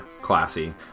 Classy